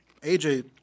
AJ